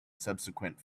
subsequent